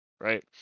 right